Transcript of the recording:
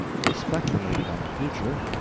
he speculated on the future,